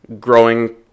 growing